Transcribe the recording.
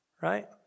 Right